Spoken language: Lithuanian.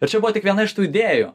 ir čia buvo tik viena iš tų idėjų